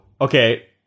okay